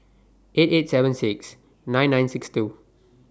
eight eight seven six nine nine six two